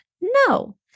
No